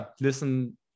listen